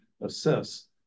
assess